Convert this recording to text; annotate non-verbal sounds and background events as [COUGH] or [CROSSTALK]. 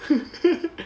[LAUGHS]